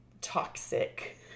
toxic